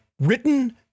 written